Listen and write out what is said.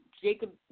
Jacob